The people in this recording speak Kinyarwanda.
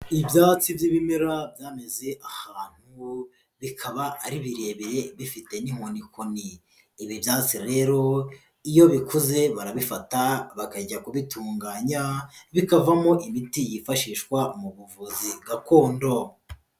Ibyatsi by'ibimera byameze ahantu, bikaba ari birebire bifite n'inkoni koni, ibi byatsi rero iyo bikuze barabifata bakajya kubitunganya bikavamo imiti yifashishwa mu buvuzi gakondo.